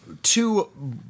Two